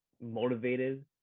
motivated